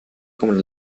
con